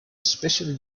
especially